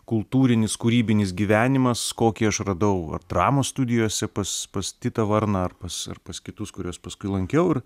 kultūrinis kūrybinis gyvenimas kokį aš radau ar dramos studijose pas pas titą varną ar pas ar pas kitus kuriuos paskui lankiau ir